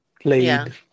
played